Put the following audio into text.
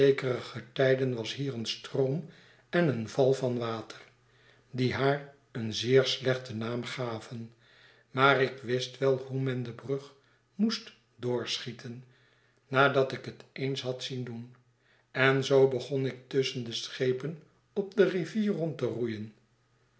was hier een stroom en een val van water die haar een zeer slechten naam gaven maar ik wist wel hoe men de brug moest doorschieten nadat ik het eens had zien doen en zoo begon ik tusschen de schepen op de rivier rond te roeien